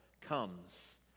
comes